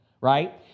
right